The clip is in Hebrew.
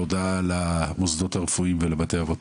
נעשה בנושא ההודעה למוסדות הרפואיים ולבתי אבות.